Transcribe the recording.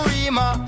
Rima